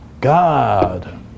God